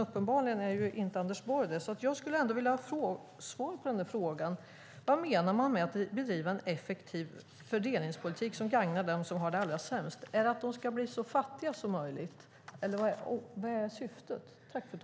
Uppenbarligen är Anders Borg inte det. Jag skulle ändå vilja ha svar på frågan: Vad menar man med att bedriva en effektiv fördelningspolitik som gagnar dem som har det allra sämst? Är det att de ska bli så fattiga som möjligt, eller vad är syftet?